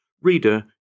Reader